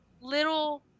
little